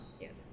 yes